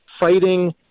Fighting